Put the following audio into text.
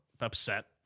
upset